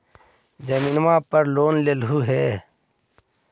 जमीनवा पर लोन लेलहु हे?